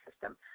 system